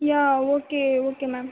ya okay okay ma'am